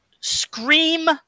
Scream